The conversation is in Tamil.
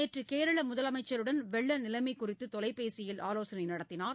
நேற்று கேரள முதலமைச்சருடன் வெள்ள நிலைமை குறித்து பிரதமர் தொலைபேசியில் ஆலோசனை நடத்தினார்